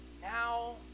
Now